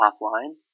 offline